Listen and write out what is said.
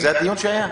זה מה שהיה בקורונה?